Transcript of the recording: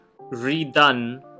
redone